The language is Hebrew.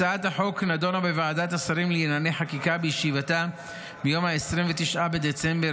הצעת החוק נדונה בוועדת השרים לענייני חקיקה בישיבתה מיום 29 בדצמבר